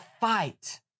fight